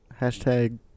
hashtag